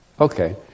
Okay